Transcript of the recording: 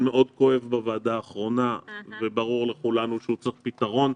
מאוד כואב בוועדה האחרונה וברור לכולנו שהוא צריך פתרון.